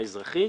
האזרחי.